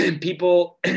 people